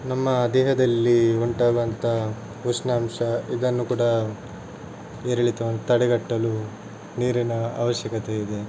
ನಮ್ಮ ದೇಹದಲ್ಲಿ ಉಂಟಾಗುವಂತಹ ಉಷ್ಣಾಂಶ ಇದನ್ನು ಕೂಡ ಏರಿಳಿತವನ್ನು ತಡೆಗಟ್ಟಲು ನೀರಿನ ಅವಶ್ಯಕತೆ ಇದೆ